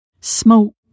smoke